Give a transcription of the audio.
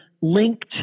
linked